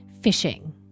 fishing